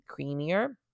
creamier